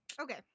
okay